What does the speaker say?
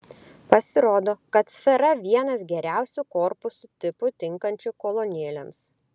pasirodo kad sfera vienas geriausių korpusų tipų tinkančių kolonėlėms